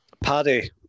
Paddy